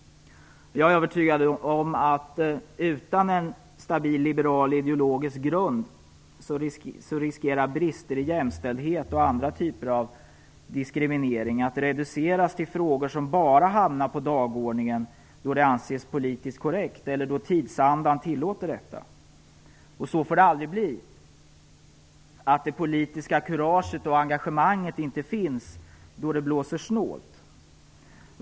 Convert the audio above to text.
Jag är övertygad om att utan en stabil liberal ideologisk grund riskerar brister i jämställdhet och andra typer av diskriminering att reduceras till frågor som bara hamnar på dagordningen då det anses politiskt korrekt eller då tidsandan tillåter detta. Så får det aldrig bli - att det politiska kuraget och engagemanget inte finns då det blåser snålt.